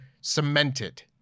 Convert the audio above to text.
cemented